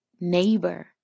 neighbor